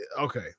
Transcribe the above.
Okay